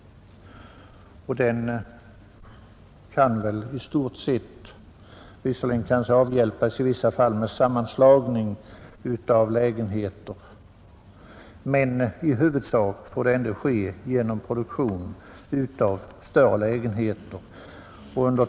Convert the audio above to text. Den kan visserligen ibland avhjälpas med sammanslagning av lägenheter, men i huvudsak får problemet ändå lösas genom produktion av större lägenheter.